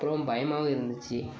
அப்புறம் பயமாகவும் இருந்துச்சு